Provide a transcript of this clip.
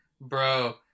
bro